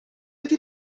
ydy